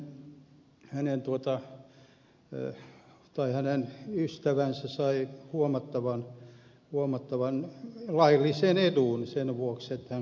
zyskowiczin kantelun yhteydessä kun hänen ystävänsä sai huomattavan laillisen edun sen vuoksi että hän kanteli ja me pystyimme se ratkaisemaan